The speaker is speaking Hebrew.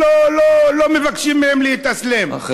לא מבקשים מהם להתאסלם,